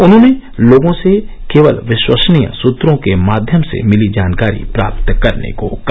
उन्होंने लोगों से केवल विश्वसनीय सुत्रों के माध्यम से मिली जानकारी प्राप्त करने को कहा